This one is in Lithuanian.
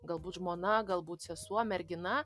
galbūt žmona galbūt sesuo mergina